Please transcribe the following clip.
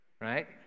right